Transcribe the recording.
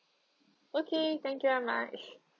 okay thank you very much